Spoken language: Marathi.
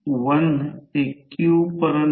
त्यामुळे हे 2 √ 2 हे √ 2 असेल